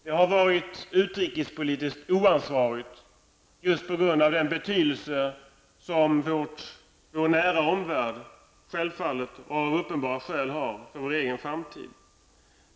Det har varit utrikespolitiskt oansvarigt just på grund av den betydelse som vår nära omvärld av uppenbara skäl har för vår egen framtid.